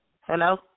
Hello